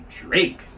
Drake